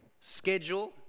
schedule